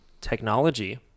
technology